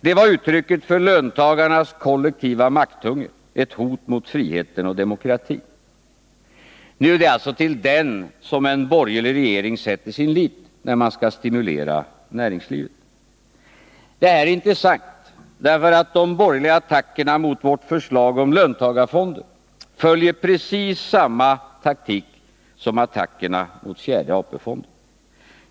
Den var uttrycket för löntagarnas kollektiva makthunger, ett hot mot friheten och demokratin. Nu är det alltså till den som en borgerlig regering sätter sin lit när man skall stimulera näringslivet. Detta är intressant därför att de borgerliga attackerna mot vårt förslag om löntagarfonder följer precis samma taktik som attackerna mot fjärde AP-fonden.